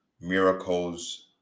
miracles